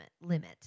limit